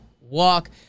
walk